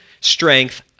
strength